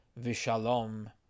vishalom